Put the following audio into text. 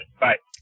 bye